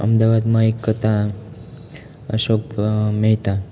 અમદાવાદમાં એક હતા અશોક મહેતા